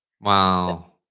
Wow